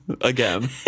again